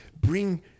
bring